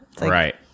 Right